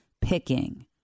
picking